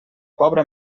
pobra